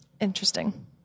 Interesting